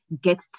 Get